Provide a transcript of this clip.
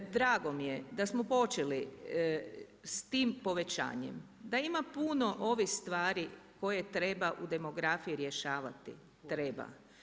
Drago mi je da smo počeli s tim povećanjem da ima puno ovih stvari koje treba u demografiji rješavati, treba.